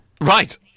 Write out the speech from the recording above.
Right